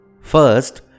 First